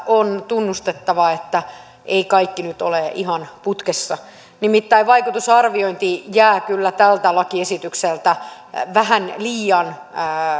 on tunnustettava että ei kaikki nyt ole ihan putkessa nimittäin vaikutusarviointi jää kyllä tältä lakiesitykseltä vähän liian